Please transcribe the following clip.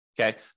Okay